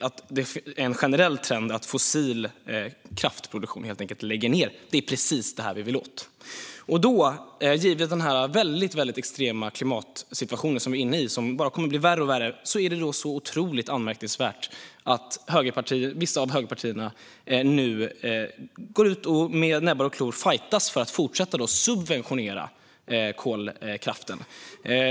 Vi ser en generell trend att fossil kraftproduktion läggs ned. Det är precis detta vi vill åt. Givet den extrema klimatsituation som vi är inne i och som bara kommer att bli värre är det otroligt anmärkningsvärt att vissa av högerpartierna nu går ut och fajtas med näbbar och klor för att kolkraften ska fortsätta att subventioneras.